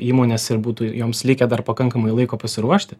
įmonės ir būtų joms likę dar pakankamai laiko pasiruošti